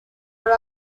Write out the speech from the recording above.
oro